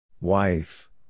Wife